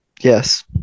Yes